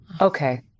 okay